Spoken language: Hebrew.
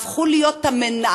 שהפכו להיות המנהלים,